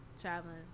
traveling